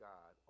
God